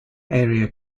area